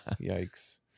yikes